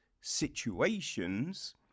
situations